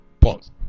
Pause